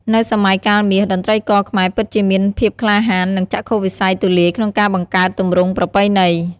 នៅ "សម័យកាលមាស" តន្ត្រីករខ្មែរពិតជាមានភាពក្លាហាន និងចក្ខុវិស័យទូលាយក្នុងការបង្កើតទម្រង់ប្រពៃណី។